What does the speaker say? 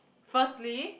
firstly